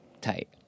tight